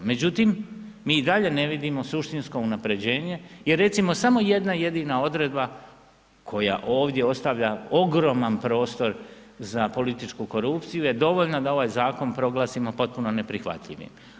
Međutim, mi i dalje ne vidimo suštinsko unapređenje, jer recimo samo jedna jedina odredba, koja ovdje ostavlja ogroman prostor za političku korupciju, je dovoljna da ovaj zakon proglasimo potpuno neprihvatljivim.